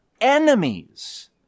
enemies